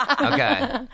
Okay